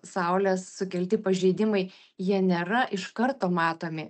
saulės sukelti pažeidimai jie nėra iš karto matomi